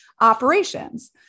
operations